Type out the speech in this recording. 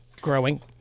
growing